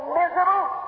miserable